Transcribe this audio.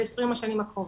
ב-20 השנים הקרובות.